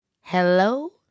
Hello